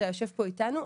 היה יושב פה איתנו,